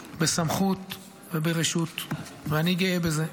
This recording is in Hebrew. בסמכות וברשות, ואני גאה בזה.